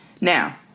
Now